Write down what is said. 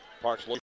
Parks